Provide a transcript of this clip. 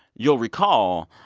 you'll recall,